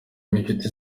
b’inshuti